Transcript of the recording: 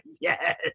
Yes